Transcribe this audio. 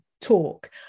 talk